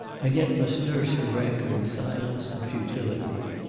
and yet must nurse her rancour in silence and futility.